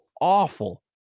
awful